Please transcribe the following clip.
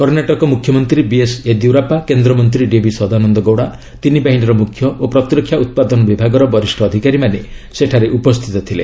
କର୍ଷାଟକ ମୁଖ୍ୟମନ୍ତ୍ରୀ ବିଏସ୍ ୟେଦିୟୁରାପ୍ସା କେନ୍ଦ୍ରମନ୍ତ୍ରୀ ଡିଭି ସଦାନନ୍ଦ ଗୌଡ଼ା ତିନି ବାହିନୀର ମୁଖ୍ୟ ଓ ପ୍ରତିରକ୍ଷା ଉତ୍ପାଦନ ବିଭାଗର ବରିଷ୍ଣ ଅଧିକାରୀମାନେ ସେଠାରେ ଉପସ୍ଥିତ ଥିଲେ